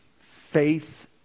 faith